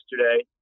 yesterday